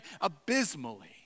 abysmally